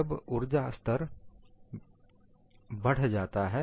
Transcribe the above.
जब ऊर्जा स्तर बढ़ जाता है